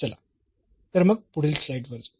चला तर मग पुढील स्लाईडस वर जाऊ